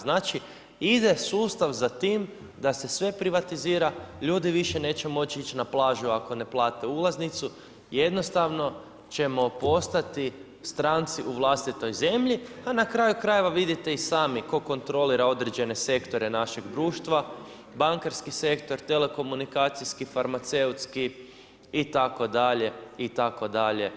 Znači ide sustav za tim da se sve privatizira, ljudi više neće moći ići na plažu ako ne plate ulaznicu i jednostavno ćemo postati stranci u vlastitoj zemlji, a na kraju krajeva vidite i sami tko kontrolira određene sektore našeg društva, bankarski sektor, telekomunikacijski, farmaceutski itd., itd.